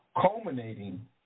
culminating